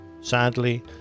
Sadly